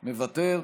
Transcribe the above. מוותר,